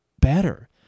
better